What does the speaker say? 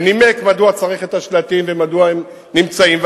ונימק מדוע צריך את השלטים ומדוע הם נמצאים.